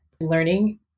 learning